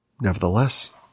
Nevertheless